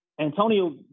Antonio